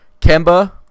Kemba